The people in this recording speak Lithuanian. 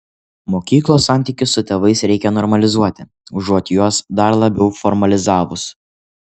mokyklos santykius su tėvais reikia normalizuoti užuot juos dar labiau formalizavus